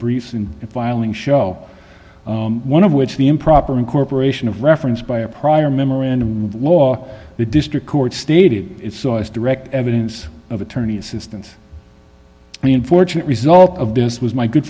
briefs in a filing show one of which the improper incorporation of reference by a prior memorandum of law the district court stated it saw as direct evidence of attorney assistance the unfortunate result of this was my good